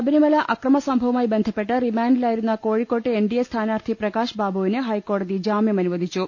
ശബരിമല അക്രമസംഭവവുമായി ബന്ധപ്പെട്ട് റിമാന്റിലായി രുന്ന കോഴിക്കോട്ടെ എന്റഡിഎ സ്ഥാനാർത്ഥി പ്രകാശ് ബാബുവിന് ഹൈക്കോടതി ജാമ്യം അനുവദിച്ചു